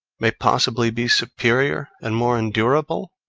may possibly be superior and more endurable?